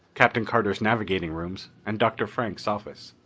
captain carter's navigating rooms and dr. frank's office.